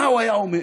מה הוא היה אומר.